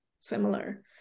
similar